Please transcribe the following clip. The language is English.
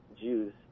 jews